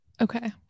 okay